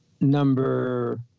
number